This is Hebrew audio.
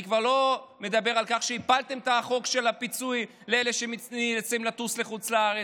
אני כבר לא מדבר על כך שהפלתם את החוק של הפיצוי לאלה שמנסים לחוץ לארץ.